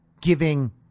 giving